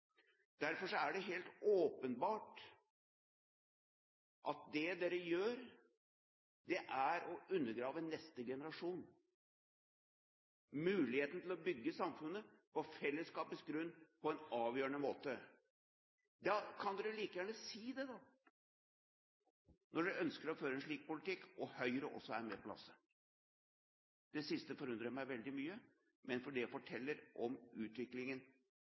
Derfor er det helt åpenbart at det dere gjør, er å undergrave neste generasjon, undergrave muligheten til å bygge samfunnet på fellesskapets grunn på en avgjørende måte. Da kan dere like gjerne si det, når dere ønsker å føre en slik politikk og Høyre også er med på lasset. Det siste forundrer meg veldig mye, men det forteller om utviklingen